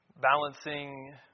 balancing